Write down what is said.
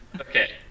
Okay